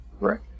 Right